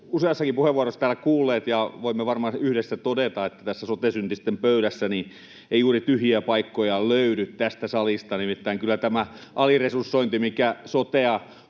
useassakin puheenvuorossa täällä kuulleet ja voimme varmaan sen yhdessä todeta, tässä sote-syntisten pöydässä ei juuri tyhjiä paikkoja löydy tästä salista, nimittäin kyllä tämä aliresursointi, mikä sotea